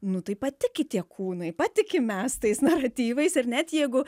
nu tai patiki tie kūnai patikim mes tais naratyvais ir net jeigu